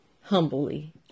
humbly